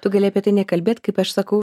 tu gali apie tai nekalbėt kaip aš sakau